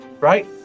right